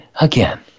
again